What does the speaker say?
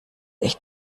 echt